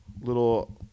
little